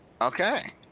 Okay